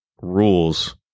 rules